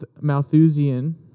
malthusian